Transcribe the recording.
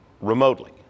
remotely